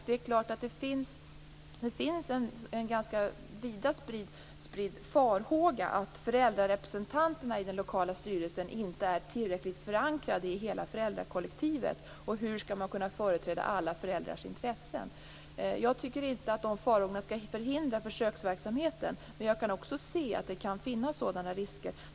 Det är klart att det finns en ganska vida spridd farhåga att förldrarepresentanterna i den lokala styrelsen inte är tillräckligt förankrade i hela föräldrakollektivet. Och hur skall man kunna företräda alla föräldrars intressen? Jag tycker inte att dessa farhågor skall förhindra försöksverksamheten. Men jag kan också se att det kan finnas sådana risker.